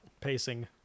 pacing